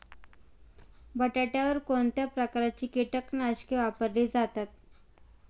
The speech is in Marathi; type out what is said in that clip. बटाट्यावर कोणत्या प्रकारची कीटकनाशके वापरली जातात?